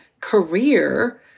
career